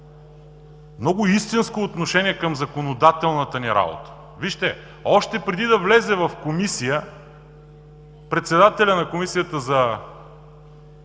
много истинско отношение към законодателната ни работа. Още преди да влезе в Комисията, председателят на Комисията за